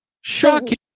Shocking